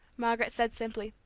margaret said simply,